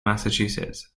massachusetts